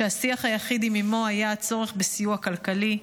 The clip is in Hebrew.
שהשיח היחיד עם אימו היה צורך בסיוע כלכלי.